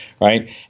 right